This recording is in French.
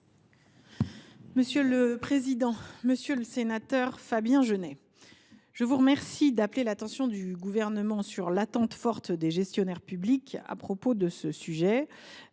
ministre déléguée. Monsieur le sénateur Fabien Genet, je vous remercie d’appeler l’attention du Gouvernement sur l’attente forte des gestionnaires publics sur ce sujet,